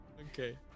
Okay